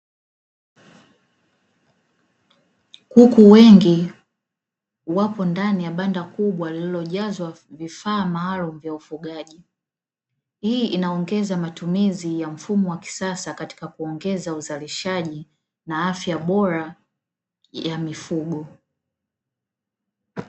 Kuku wengi wapo ndani ya banda kubwa lililojazwa vifaa maalum vya ufugaji, hii inaongeza matumizi ya mfumo wa kisasa katika kuongeza uzalishaji na afya bora ya mifugo.